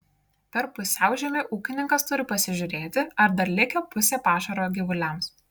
per pusiaužiemį ūkininkas turi pasižiūrėti ar dar likę pusė pašaro gyvuliams